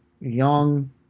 young